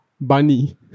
Bunny